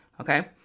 okay